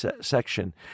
section